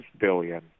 billion